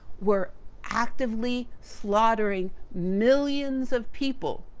were actively slaughtering millions of people.